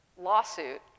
lawsuit